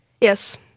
yes